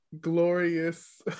glorious